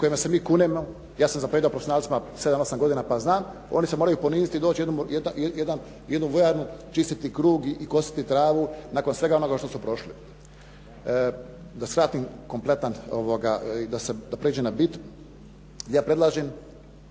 kojima se mi kunemo, ja sam zapovijedao profesionalcima 7, 8 godina pa znam, oni se moraju poniziti i doći u jednu vojarnu čistiti krug i kositi travu nakon svega onoga što su prošli. Da skratim kompletan, da prijeđem na bit. Ja predlažem